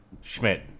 Schmidt